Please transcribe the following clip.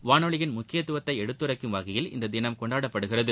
வானொலியின் முக்கியத்துவத்தை எடுத்துரைக்கும் வகையில் இந்த தினம் கொண்டாடப்படுகிறது